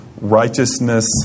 righteousness